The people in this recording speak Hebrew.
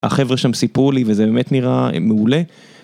החבר'ה שם סיפרו לי וזה באמת נראה מעולה.